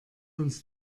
uns